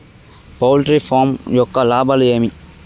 poultry farm యొక్క లాభాలు ఏమి